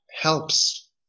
helps